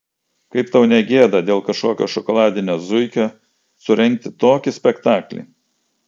kaip tau ne gėda dėl kažkokio šokoladinio zuikio surengti tokį spektaklį